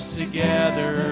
together